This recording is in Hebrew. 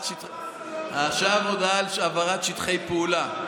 עכשיו ההודעה על העברת שטחי פעולה.